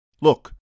look